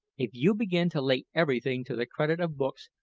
if you begin to lay everything to the credit of books,